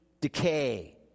decay